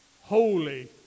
Holy